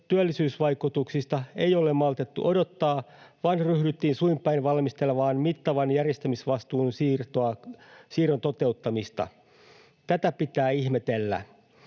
työllisyysvaikutuksista ei ole maltettu odottaa, vaan ryhdyttiin suin päin valmistelemaan mittavan järjestämisvastuun siirron toteuttamista. Tätä pitää ihmetellä.